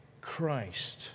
Christ